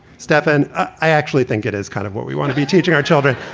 stefan i actually think it is kind of what we want to be teaching our children.